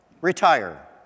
retire